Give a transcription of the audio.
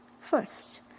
First